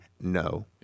no